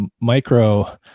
micro